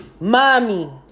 Mommy